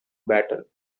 battle